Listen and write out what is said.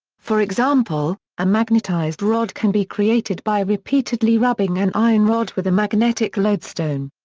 for example, a magnetised rod can be created by repeatedly rubbing an iron rod with a magnetic lodestone.